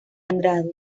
andrade